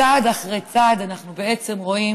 צעד אחרי צעד אנחנו בעצם רואים